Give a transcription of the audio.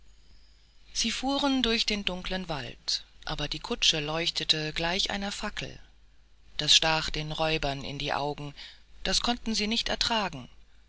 sie fuhren durch den dunkeln wald aber die kutsche leuchtete gleich einer fackel das stach den räubern in die augen das konnten sie nicht ertragen